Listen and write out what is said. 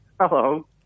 Hello